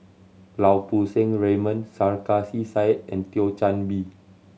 Lau Poo Seng Raymond Sarkasi Said and Thio Chan Bee